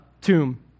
tomb